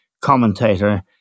commentator